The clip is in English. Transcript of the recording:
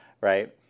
right